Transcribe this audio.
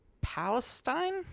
Palestine